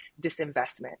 disinvestment